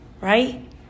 right